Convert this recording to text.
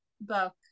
book